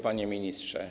Panie Ministrze!